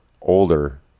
older